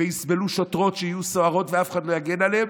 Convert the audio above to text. יסבלו שוטרות שיהיו סוהרות ואף אחד לא יגן עליהן,